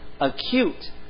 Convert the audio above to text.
acute